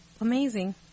amazing